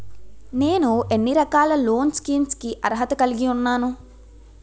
నేను ఎన్ని రకాల లోన్ స్కీమ్స్ కి అర్హత కలిగి ఉన్నాను?